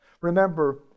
Remember